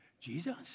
Jesus